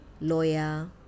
lawyer